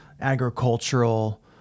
agricultural